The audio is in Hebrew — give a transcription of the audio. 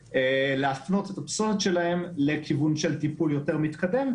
להפנות את הפסולת שלהן לכיוון של טיפול יותר מתקדם,